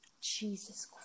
Jesus